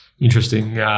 Interesting